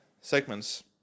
segments